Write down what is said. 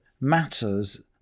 matters